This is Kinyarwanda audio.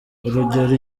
urugero